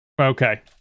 Okay